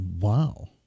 Wow